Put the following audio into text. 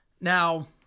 Now